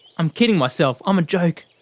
i'm kidding myself, i'm a joke.